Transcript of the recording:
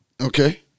Okay